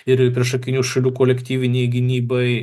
ir priešakinių šalių kolektyvinei gynybai